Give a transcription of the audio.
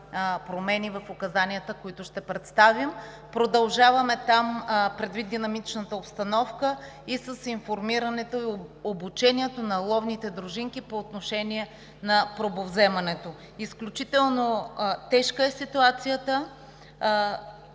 Продължаваме там, предвид динамичната обстановка, и с информирането и обучението на ловните дружинки по отношение на пробовземането. Изключително тежка е ситуацията,